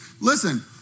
Listen